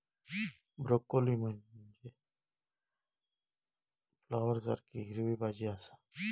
broccoli म्हनजे फ्लॉवरसारखी हिरवी भाजी आसा